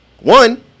One